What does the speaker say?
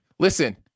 Listen